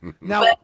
now